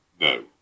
no